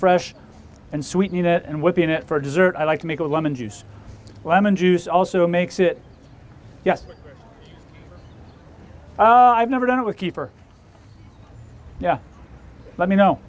fresh and sweeten it and what be in it for dessert i like to make a lemon juice lemon juice also makes it yes i've never done it with kiefer yeah let me know